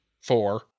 four